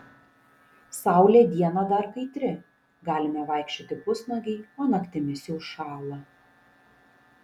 saulė dieną dar kaitri galime vaikščioti pusnuogiai o naktimis jau šąla